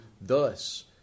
Thus